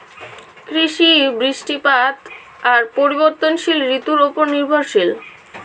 কৃষি, বৃষ্টিপাত আর পরিবর্তনশীল ঋতুর উপর নির্ভরশীল